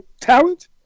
talent